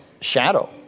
shadow